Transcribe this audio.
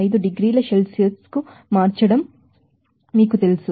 5 డిగ్రీల సెల్సియస్ కు మార్చడం మీకు తెలుసు